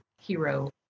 hero